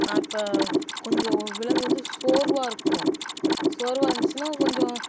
அப்போ கொஞ்சம் விலங்கு வந்து சோர்வாக இருக்கும் சோர்வாக இருந்துச்சின்னால் கொஞ்சம்